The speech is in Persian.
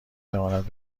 تواند